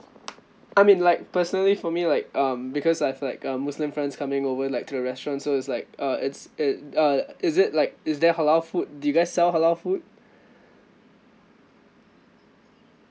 I mean like personally for me like um because I have like um muslim friends coming over like to the restaurant so it's like uh it's it uh is it like is there halal food do you guys sell halal food